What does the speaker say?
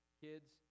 kids